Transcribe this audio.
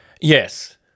Yes